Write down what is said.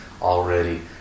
already